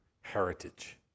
heritage